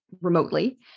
remotely